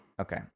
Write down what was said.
Okay